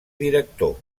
director